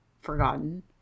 forgotten